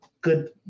good